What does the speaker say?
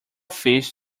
fish